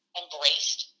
embraced